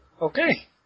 Okay